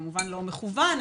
כמובן לא במכוון,